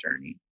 journey